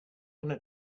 gonna